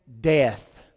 death